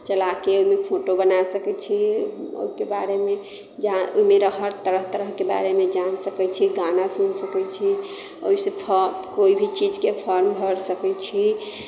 चलाके ओहिमे फोटो बना सकैत छी ओहिके बारेमे जहाँ मेरा हर तरह तरहके बारेमे जान सकैत छी गाना सुन सकैत छी ओहिसे फोप कोइ भी चीजके फॉर्म भर सकैत छी